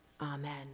Amen